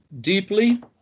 deeply